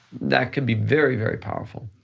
that can be very, very powerful.